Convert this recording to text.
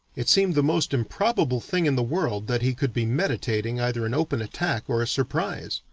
it seemed the most improbable thing in the world that he could be meditating either an open attack or a surprise.